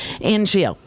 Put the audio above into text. Angie